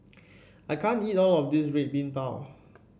I can't eat all of this Red Bean Bao